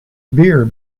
beer